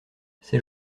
ces